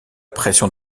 pression